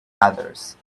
others